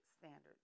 standards